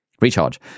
Recharge